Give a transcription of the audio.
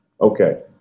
Okay